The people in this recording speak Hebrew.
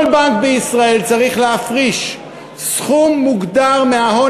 כל בנק בישראל צריך להפריש סכום מוגדר מההון